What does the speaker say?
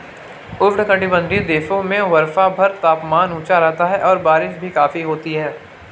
उष्णकटिबंधीय देशों में वर्षभर तापमान ऊंचा रहता है और बारिश भी काफी होती है